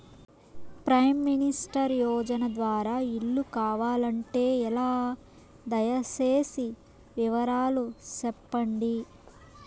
Prime minister యోజన ద్వారా ఇల్లు కావాలంటే ఎలా? దయ సేసి వివరాలు సెప్పండి?